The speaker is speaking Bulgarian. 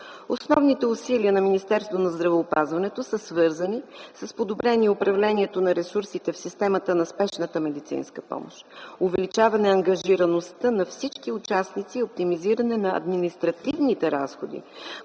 Основните усилия на Министерството на здравеопазването са свързани с подобрение на управлението на ресурсите в системата на спешната медицинска помощ, увеличаване ангажираността на всички участници и оптимизиране на административните разходи,